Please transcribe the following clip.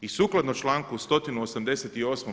I sukladno članku 188.